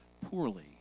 poorly